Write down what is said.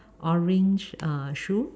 orange uh shoe